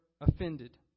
offended